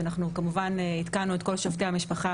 אנחנו כמובן עדכנו את כל שופטי המשפחה